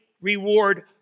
reward